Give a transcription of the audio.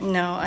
no